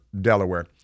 Delaware